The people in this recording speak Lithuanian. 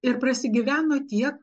ir prasigyveno tiek